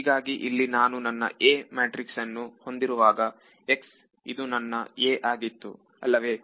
ಹೀಗಾಗಿ ಇಲ್ಲಿ ನಾನು ನನ್ನ A ಮ್ಯಾಟ್ರಿಕ್ಸ್ ಅನ್ನು ಹೊಂದಿರುವಾಗ x ಇದು ನನ್ನ A ಆಗಿತ್ತುಅಲ್ಲವೇ